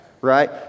right